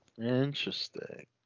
interesting